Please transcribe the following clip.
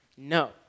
No